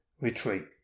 retreat